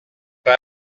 pas